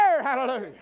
Hallelujah